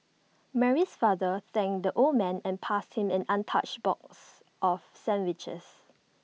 Mary's father thanked the old man and passed him an untouched box of sandwiches